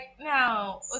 now